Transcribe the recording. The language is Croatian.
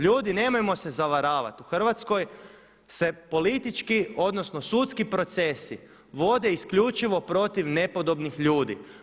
Ljudi nemojmo se zavaravati u Hrvatskoj se politički odnosno sudski procesi vode isključivo protiv nepodobnih ljudi.